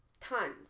Tons